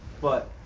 but-